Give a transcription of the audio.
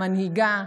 מנהיגה,